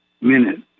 minute